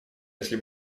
если